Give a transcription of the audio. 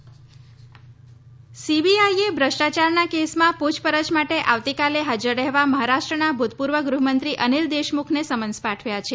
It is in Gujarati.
સીબીઆઈ દેશમુખ સીબીઆઈએ ભ્રષ્ટાયારના કેસમાં પૂછપરછ માટે આવતીકાલે હાજર રહેવા મહારાષ્ટ્રના ભૂતપૂર્વ ગૃહમંત્રી અનિલ દેશમુખને સમન્સ પાઠવ્યા છે